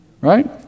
Right